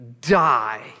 die